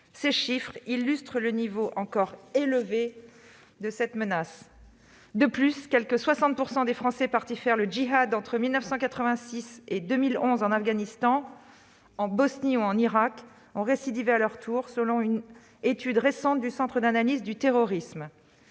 Ces chiffres témoignent du niveau encore élevé de la menace. De plus, quelque 60 % des Français partis faire le djihad entre 1986 et 2011 en Afghanistan, en Bosnie ou en Irak ont récidivé à leur tour, selon une récente étude du Centre d'analyse du terrorisme.